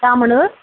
Thamanur